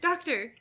Doctor